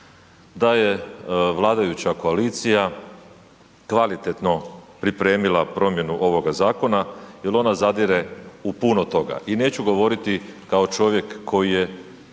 da je vladajuća koalicija kvalitetno pripremila promjenu ovoga zakona jel ona zadire u puno toga i neću govoriti kao čovjek koji je